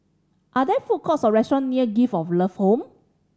are there food courts or restaurant near Gift of Love Home